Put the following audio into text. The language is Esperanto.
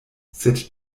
sed